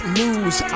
lose